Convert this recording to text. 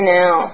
now